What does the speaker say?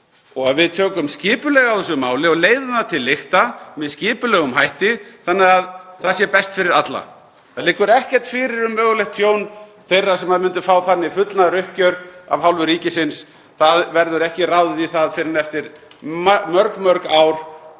og að við tökum skipulega á þessu máli og leiðum það til lykta með skipulegum hætti þannig að það sé best fyrir alla. Það liggur ekkert fyrir um mögulegt tjón þeirra sem myndu fá þannig fullnaðaruppgjör af hálfu ríkisins. Það verður ekki ráðið í það fyrr en eftir mörg, mörg ár